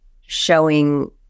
showing